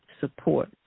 support